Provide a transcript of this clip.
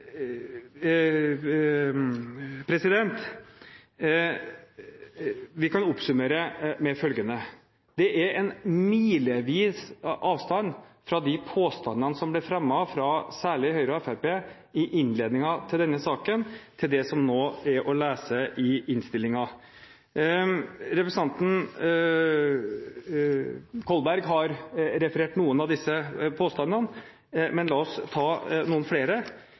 Vi kan oppsummere med følgende: Det er milevis av avstand mellom de påstandene som ble fremmet fra særlig Høyre og Fremskrittspartiet i innledningen til denne saken, til det som nå står å lese i innstillingen. Representanten Kolberg har referert noen av disse påstandene, men la oss ta noen flere.